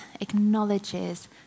acknowledges